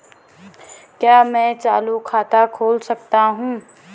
क्या मैं चालू खाता खोल सकता हूँ?